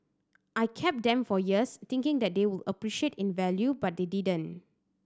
I kept them for years thinking that they would appreciate in value but they didn't